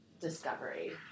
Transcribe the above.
discovery